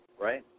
right